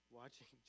watching